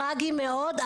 טרגי מאוד.